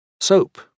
Soap